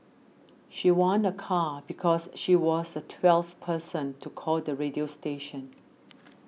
she won a car because she was the twelfth person to call the radio station